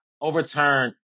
overturned